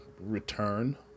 return